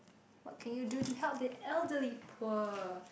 what can you do to help the elderly poor